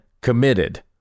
committed